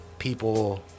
people